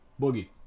boogie